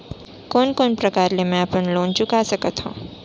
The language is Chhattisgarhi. कोन कोन प्रकार ले मैं अपन लोन चुका सकत हँव?